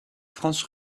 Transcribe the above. france